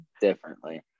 differently